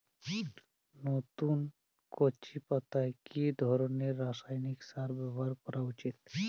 নতুন কচি পাতায় কি ধরণের রাসায়নিক সার ব্যবহার করা উচিৎ?